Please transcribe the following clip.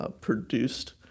Produced